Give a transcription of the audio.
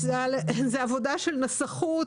אני אומרת שזאת עבודה של נסחות.